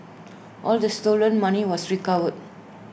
all the stolen money was recovered